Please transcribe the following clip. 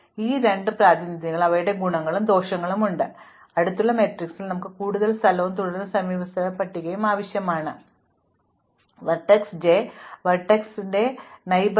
അതിനാൽ ഈ രണ്ട് പ്രാതിനിധ്യങ്ങൾക്കും അവയുടെ ഗുണങ്ങളും ദോഷങ്ങളുമുണ്ട് അടുത്തുള്ള മാട്രിക്സിൽ ഞങ്ങൾക്ക് കൂടുതൽ സ്ഥലവും തുടർന്ന് സമീപസ്ഥല പട്ടികയും ആവശ്യമാണ് എന്നാൽ ചില ചോദ്യങ്ങൾക്ക് സമീപസ്ഥല പട്ടികയേക്കാൾ ഒരു സമീപസ്ഥല മാട്രിക്സിന് ഉത്തരം നൽകാൻ എളുപ്പമാണ്